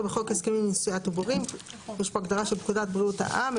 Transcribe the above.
בחוק הסכמים לנשיאת עוברים; "פקודת בריאות העם"